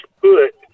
put